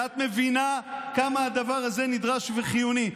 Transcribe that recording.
ואת מבינה כמה הדבר הזה נדרש וחיוני.